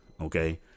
okay